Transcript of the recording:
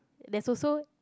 there's also